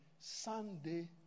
Sunday